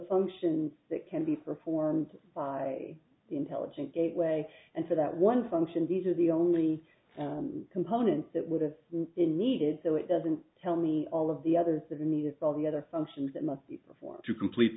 functions that can be performed by intelligent gateway and for that one function these are the only components that would have been needed so it doesn't tell me all of the others to me it's all the other functions that must perform to complete